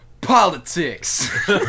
politics